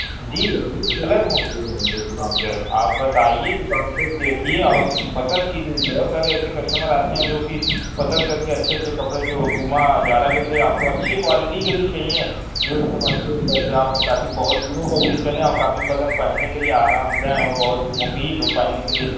جی حضور ہر کلر موجود ہے میرے دکان پہ آپ بس آئیے دکان پہ دیکھیے اور پسند کیجیے بہت سارے ایسے کسٹمر آتے ہیں جو کہ پسند کر کے اچھے اچھے کپڑے جو پوما جارہ کے بھی لے آپ کو اچھی کوالٹی کے بھی چاہئیں جو ایک دم اچھے دستیاب ہوں تاکہ بہت دنوں تک بھی چلیں اور کافی بدن پہننے کے لیے آرام دیں اور بہت مفید ہوں پہننے کے لیے